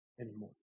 anymore